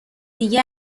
دیگه